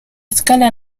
escala